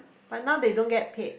but now they don't get paid